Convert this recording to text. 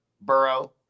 burrow